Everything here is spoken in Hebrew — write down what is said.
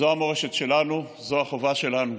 זאת המורשת שלנו, זאת החובה שלנו.